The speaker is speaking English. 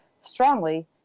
strongly